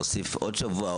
להוסיף עוד שבוע,